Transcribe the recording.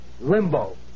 Limbo